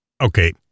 Okay